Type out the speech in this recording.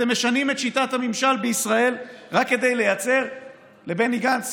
אתם משנים את שיטת הממשל בישראל רק לייצר לבני גנץ,